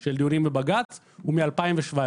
של דיונים בבג"צ, הוא מ-2017.